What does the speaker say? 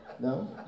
No